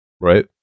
Right